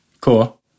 Cool